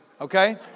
okay